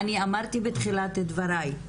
אמרתי בתחילת דבריי,